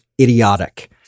idiotic